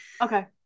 Okay